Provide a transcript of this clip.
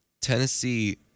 Tennessee